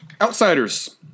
outsiders